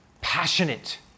passionate